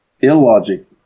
illogic